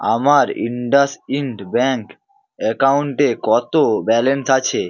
আমার ইন্ডাসইন্ড ব্যাঙ্ক অ্যাকাউন্টে কতো ব্যালেন্স আছে